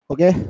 Okay